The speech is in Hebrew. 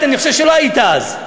אני חושב שלא היית אז,